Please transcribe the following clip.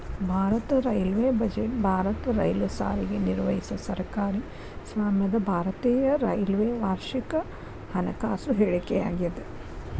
ಭಾರತದ railway budget ಭಾರತದ ರೈಲು ಸಾರಿಗೆ ನಿರ್ವಹಿಸೊ ಸರ್ಕಾರಿ ಸ್ವಾಮ್ಯದ ಭಾರತೇಯ ರೈಲ್ವೆ ವಾರ್ಷಿಕ ಹಣಕಾಸು ಹೇಳಿಕೆಯಾಗ್ಯಾದ